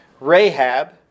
Rahab